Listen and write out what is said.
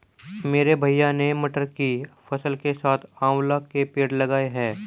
मेरे भैया ने मटर की फसल के साथ आंवला के पेड़ लगाए हैं